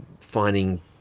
finding